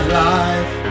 life